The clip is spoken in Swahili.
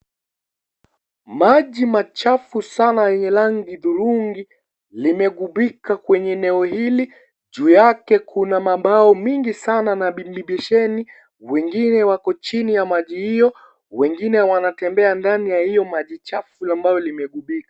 Maji machafu sana yenye rangi hudhurungi limeghubika kwenye eneo hili. Juu yake kuna mambao mingi sana na vilibesheni. Wengine wako chini ya maji hiyo. Wengine wanatembea ndani ya hiyo maji chafu ambayo limeghubika.